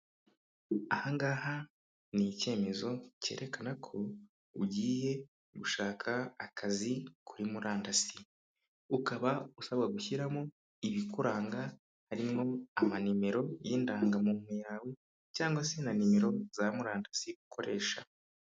Aha ngaha ni icyemezo cyerekana ko ugiye gushaka akazi kuri murandasi, ukaba usabwa gushyiramo ibikuranga harimo amanimero y'indangamuntu yawe cyangwa se na nimero za murandasi ukoresha.